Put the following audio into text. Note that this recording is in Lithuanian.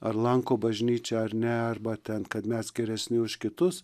ar lanko bažnyčią ar ne arba ten kad mes geresni už kitus